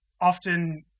often